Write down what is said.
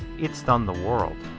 it stunned the world.